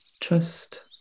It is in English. trust